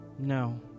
no